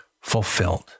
fulfilled